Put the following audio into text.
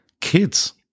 kids